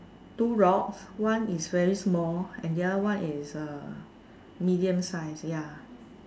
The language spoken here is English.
two rocks one is very small and the other one is uh medium size ya